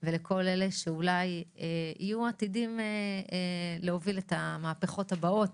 ולכל אלה שאולי יהיו עתידים להוביל את המהפכות הבאות